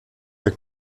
der